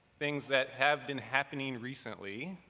things that have been happening recently,